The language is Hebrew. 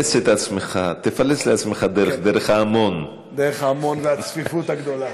דרך ההמון והצפיפות הגדולה.